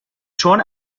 چون